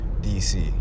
DC